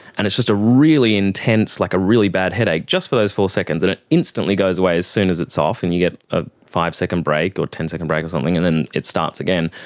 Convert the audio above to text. and it's just a really intense, like a really bad headache, just for those four seconds, and it instantly goes away as soon as it's off and you get a five-second break or ten second break something, and then it starts again.